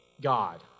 God